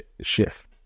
shift